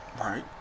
Right